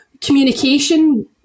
communication